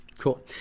Cool